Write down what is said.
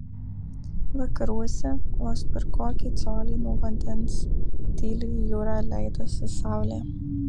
vakaruose vos per kokį colį nuo vandens tyliai į jūrą leidosi saulė